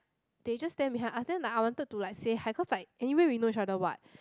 they just stand behind us then I wanted to like say hi cause like anyway we know each other what